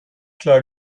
klar